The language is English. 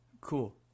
Cool